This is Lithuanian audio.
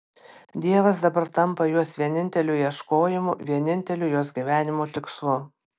dievas dabar tampa jos vieninteliu ieškojimu vieninteliu jos gyvenimo tikslu